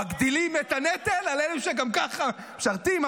מגדילים את הנטל על אלו שגם ככה משרתים,